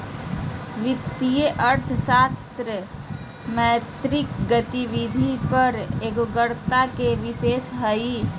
वित्तीय अर्थशास्त्र मौद्रिक गतिविधि पर एगोग्रता के विशेषता हइ